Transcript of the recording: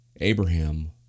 Abraham